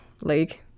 League